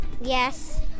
Yes